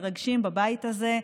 מרגשים בבית הזה.